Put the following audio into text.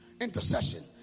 Intercession